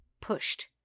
pushed